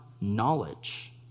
knowledge